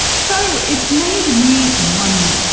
so it's made me wonder,